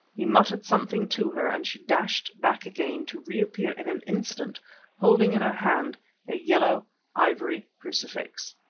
he muttered something to her and she dashed back again to re-appear in an instant holding in her hand a yellow ivory crucifix.